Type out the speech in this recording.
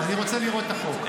אני רוצה לראות את החוק.